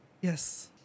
Yes